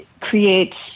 creates